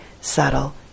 subtle